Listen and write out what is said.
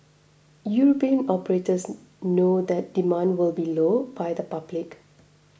European operators know that demand will be low by the public